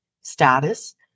status